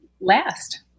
last